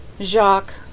Jacques